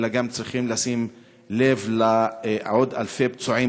אלא גם צריכים לשים לב לעוד אלפי פצועים,